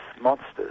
monsters